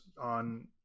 on